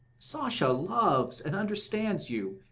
sasha loves and understands you.